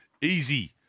easy